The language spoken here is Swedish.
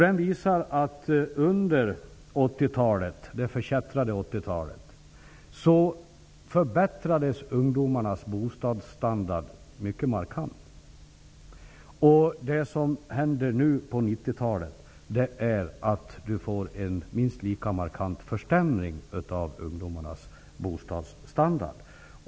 Den visar att under det förkättrade 1980-talet förbättrades ungdomarnas bostadsstandard mycket markant. Under 1990-talet sker en minst lika markant försämring av ungdomarnas bostadsstandard.